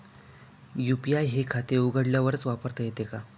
UPI हे खाते उघडल्यावरच वापरता येते का?